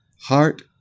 heart